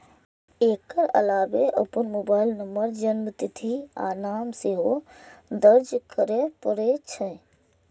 एकर अलावे अपन mobile number, जन्मतिथि आ नाम सेहो दर्ज करय पड़ै छै